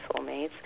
soulmates